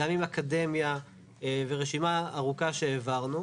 גם עם אקדמיה ורשימה ארוכה שהעברנו.